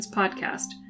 podcast